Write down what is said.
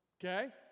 okay